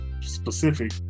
specific